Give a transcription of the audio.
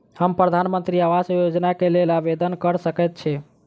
हम प्रधानमंत्री आवास योजना केँ लेल आवेदन कऽ सकैत छी?